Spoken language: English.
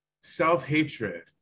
self-hatred